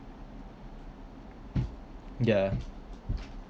yeah